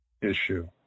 issue